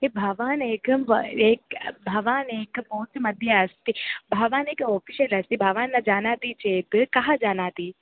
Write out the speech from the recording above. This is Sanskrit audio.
ये भवान् एकं एकं भवान् एकं पोस्ट् मध्ये अस्ति भवान् एक ओफ़िशियल् अस्ति भवान् न जानाति चेत् कः जानाति